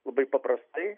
labai paprastai